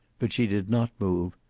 but she did not move,